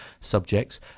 subjects